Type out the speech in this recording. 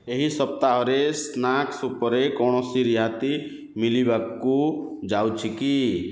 ଏହି ସପ୍ତାହରେ ସ୍ନାକ୍ସ୍ ଉପରେ କୌଣସି ରିହାତି ମିଳିବାକୁ ଯାଉଛି କି